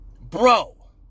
bro